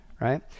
right